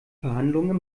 verhandlungen